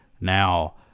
Now